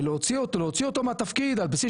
ולהוציא אותו להוציא אותו מהתפקיד על בסיס